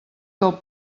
del